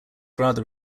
rather